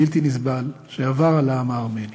הבלתי-נסבל, שעבר על העם הארמני.